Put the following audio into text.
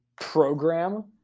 program